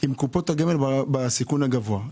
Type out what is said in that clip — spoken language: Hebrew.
עם קופות הגמל בסיכון הגבוה.